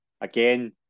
again